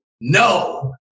no